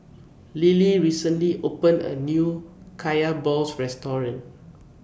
Lillie recently opened A New Kaya Balls Restaurant